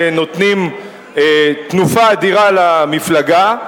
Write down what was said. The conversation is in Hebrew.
שנותנים תנופה אדירה למפלגה,